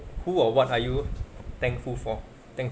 who or what are you thankful for thankful